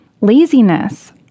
Laziness